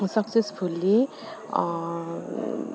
successfully